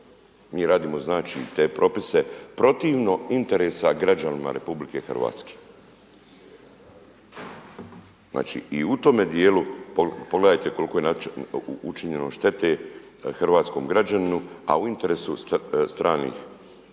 Mi radimo znači i te propise protivno interesima građanina RH. Znači i u tome dijelu, pogledajte koliko je učinjeno štete hrvatskom građaninu a u interesu stranih